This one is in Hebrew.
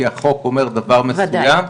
כי החוק אומר דבר מסוים,